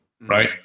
right